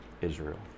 Israel